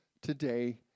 today